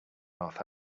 north